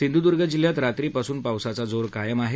सिंधुदुर्ग जिल्ह्यात रात्रीपासून पावसाचा जोर कायम आहे